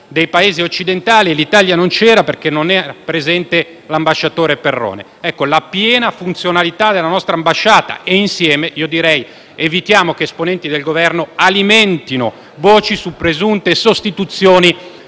dei Paesi occidentali e l'Italia non c'era perché non era presente l'ambasciatore Perrone. È quindi necessaria la piena funzionalità della nostra ambasciata; inoltre, insieme a questo io direi di evitare che esponenti del Governo alimentino voci su presunte sostituzioni